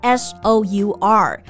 sour